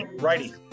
righty